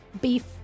Beef